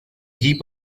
heap